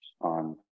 on